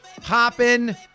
popping